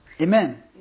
Amen